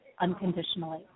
unconditionally